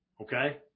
Okay